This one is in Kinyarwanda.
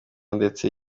ndetse